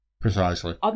Precisely